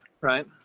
right